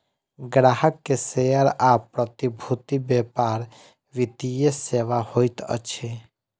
ग्राहक के शेयर आ प्रतिभूति व्यापार वित्तीय सेवा होइत अछि